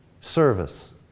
service